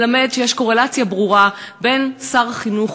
מלמד שיש קורלציה ברורה בין שר החינוך,